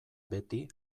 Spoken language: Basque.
beti